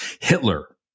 Hitler